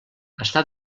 està